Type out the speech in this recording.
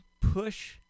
push